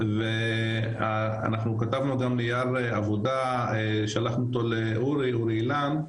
ואנחנו כתבנו גם נייר עבודה שלחנו אותו לאורי אילן.